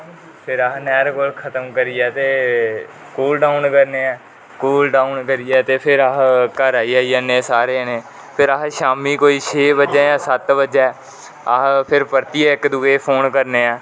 फिर अस नहर कोल खत्म करिये ते कूल डाउन करने ऐ कूल डाउंन करियै ते फिर अस घरे गी आई जने सारे जने फिर अस शामी कोई छै बंजे सत बजे अस फिर परतिये इक दुऐ फौन करने हां